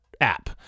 app